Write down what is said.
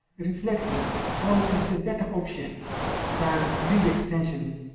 reflective or it is a better option than grid extension,